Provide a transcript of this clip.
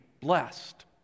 blessed